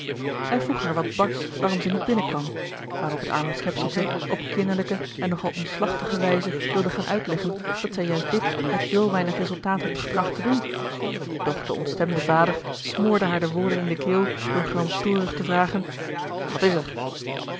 hij vroeg haar wat barsch waarom zij niet binnen kwam waarop het arme schepseltje op kinderlijke en nog al omslagtige wijze wilde gaan uitleggen dat zij juist dit met zoo weinig resultaat had getracht te doen doch de ontstemde vader smoorde haar de woorden in de keel door gramstorig te vragen wat is er